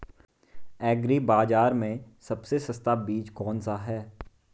Agree बाज़ार में सबसे सस्ता बीज कौनसा है?